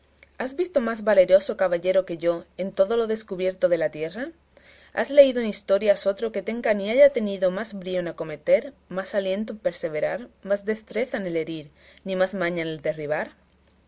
has visto más valeroso caballero que yo en todo lo descubierto de la tierra has leído en historias otro que tenga ni haya tenido más brío en acometer más aliento en el perseverar más destreza en el herir ni más maña en el derribar